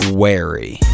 wary